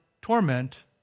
torment